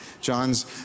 John's